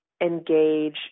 engage